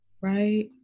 right